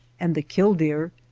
and the kill-deer,